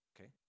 Okay